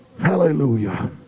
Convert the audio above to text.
Hallelujah